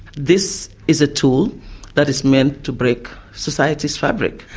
this is a tool that is meant to break society's fabric.